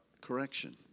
correction